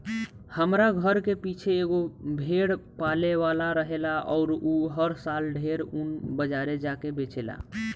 हमरा घर के पीछे एगो भेड़ पाले वाला रहेला अउर उ हर साल ढेरे ऊन बाजारे जा के बेचेला